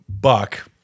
buck